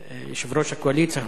יושב-ראש הקואליציה, חבר הכנסת אלקין.